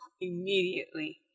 immediately